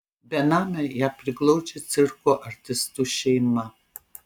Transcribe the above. benamę ją priglaudžia cirko artistų šeima